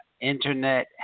internet